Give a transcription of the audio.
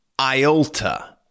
Iolta